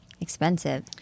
expensive